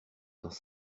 dans